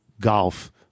golf